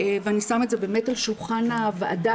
ואני שמה את זה באמת על שולחן הוועדה